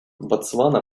ботсвана